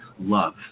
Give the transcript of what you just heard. love